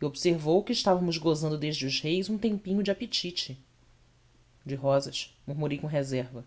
e observou que estávamos gozando desde os reis um tempinho de apetite de rosas murmurei com reserva